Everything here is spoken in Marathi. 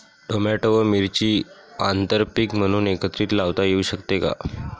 टोमॅटो व मिरची आंतरपीक म्हणून एकत्रित लावता येऊ शकते का?